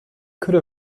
could